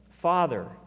Father